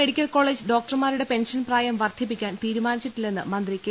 medical college ഡോക്ടർമാരുടെ pension പ്രായം വർധിപ്പിക്കാൻ തീരുമാനിച്ചിട്ടില്ലെന്ന് മന്ത്രി കെ